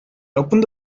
opened